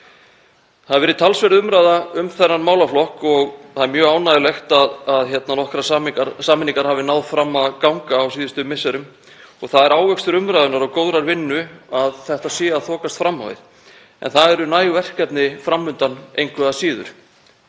Það hefur verið talsverð umræða um þennan málaflokk og það er mjög ánægjulegt að nokkrar sameiningar hafi náð fram að ganga á síðustu misserum. Það er ávöxtur umræðunnar og góðrar vinnu að þetta sé að þokast fram á við. En það eru næg verkefni fram undan engu að síður.